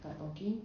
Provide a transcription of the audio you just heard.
start talking